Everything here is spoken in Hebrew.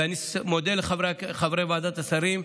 ואני מודה לחברי ועדת השרים.